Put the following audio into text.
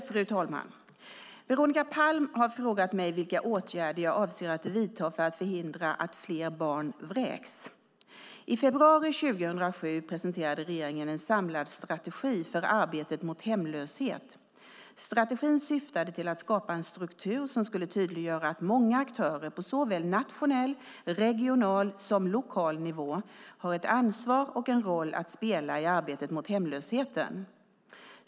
Fru talman! Veronica Palm har frågat mig vilka åtgärder jag avser att vidta för att hindra att fler barn vräks. I februari 2007 presenterade regeringen en samlad strategi för arbetet mot hemlöshet. Strategin syftade till att skapa en struktur som skulle tydliggöra att många aktörer på såväl nationell, regional som lokal nivå har ett ansvar och en roll att spela i arbetet mot hemlösheten.